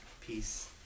peace